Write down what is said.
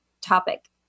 topic